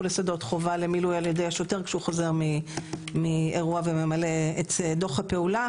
לשדות חובה למילוי על ידי השוטר כשהוא חוזר מאירוע וממלא את דו"ח הפעולה.